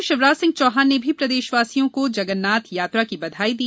मुख्यमंत्री शिवराज सिंह चौहान प्रदेशवासियों को जगन्नाथ यात्रा की बधाई दी